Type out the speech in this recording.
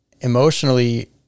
emotionally